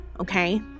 okay